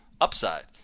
upside